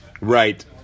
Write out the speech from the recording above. Right